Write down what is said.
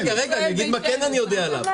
רגע, אני אגיד מה כן אני יודע אליו.